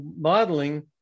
modeling